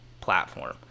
platform